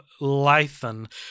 Lathan